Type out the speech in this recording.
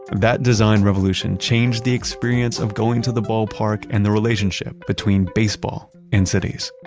that design revolution changed the experience of going to the ballpark and the relationship between baseball and cities